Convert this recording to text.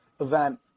event